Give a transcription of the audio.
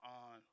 on